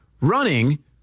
running